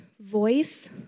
voice